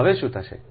હવે શું થશે